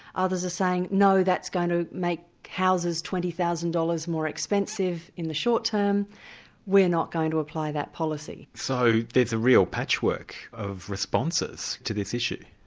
others are saying, no, that's going to make houses twenty thousand dollars more expensive in the short-term we're not going to apply that policy. so there's a real patchwork of responses to this issue?